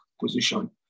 position